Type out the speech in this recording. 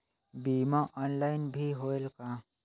बीमा ऑनलाइन भी होयल का?